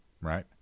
right